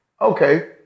Okay